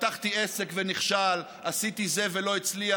פתחתי עסק ונכשל, עשיתי את זה ולא הצליח.